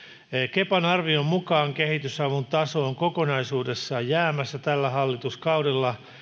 kepan arvion mukaan kehitysavun taso on kokonaisuudessaan jäämässä tällä hallituskaudella